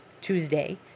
Tuesday